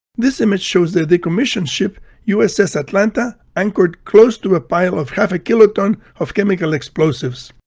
this image shows the decommissioned ship uss atlanta anchored close to a pile of half a kiloton of chemical explosives.